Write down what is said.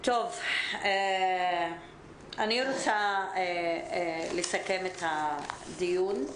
אני רוצה לסכם את הדיון.